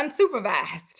unsupervised